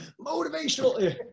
motivational